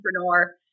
entrepreneur